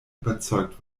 überzeugt